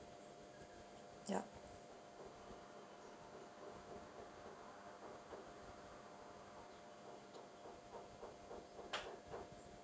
yup